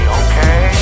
okay